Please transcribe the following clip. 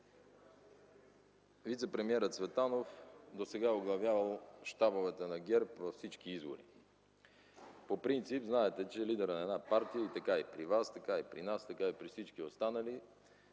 вицепремиерът Цветанов досега е оглавявал щабовете на ГЕРБ във всички избори. По принцип знаете, че лидерът на една партия – така е при вас, така е и при нас, така е и при всички останали